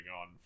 on